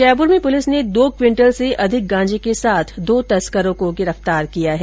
जयपुर में पुलिस ने दो क्विंटल से अधिक गांजे के साथ दो तस्करों को गिरफ्तार किया है